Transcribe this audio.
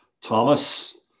Thomas